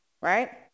right